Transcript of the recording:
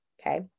okay